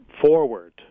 forward